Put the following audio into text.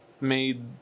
made